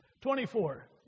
Twenty-four